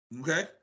Okay